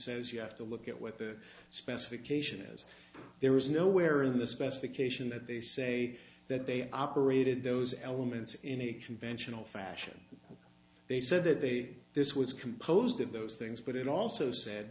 says you have to look at what the specification is there is nowhere in the specification that they say that they operated those elements in a conventional fashion they said that they this was composed of those things but it also said